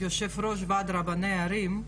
יושב ראש ועד רבני הערים,